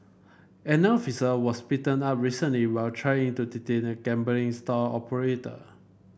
an officer was beaten up recently while trying to detain a gambling stall operator